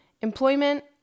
employment